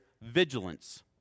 vigilance